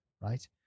right